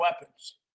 weapons